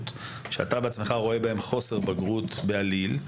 שאתה בעצמך רואה בהם חוסר בגרות בעליל,